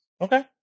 Okay